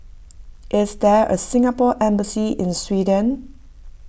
is there a Singapore Embassy in Sweden